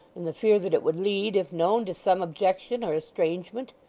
in the fear that it would lead, if known, to some objection or estrangement.